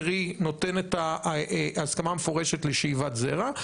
קרי נותן את ההסכמה המפורשת לשאיבת זרע.